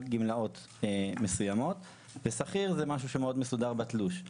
גמלאות מסויימות ושכיר זה משהו שמאוד מסודר בתלוש.